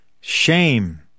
shame